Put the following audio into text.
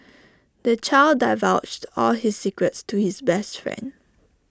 the child divulged all his secrets to his best friend